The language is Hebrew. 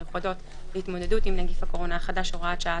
מיוחדות להתמודדות עם נגיף הקורונה החדש (הוראת שעה),